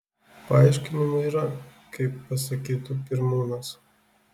paaiškinimų yra kaip pasakytų pirmūnas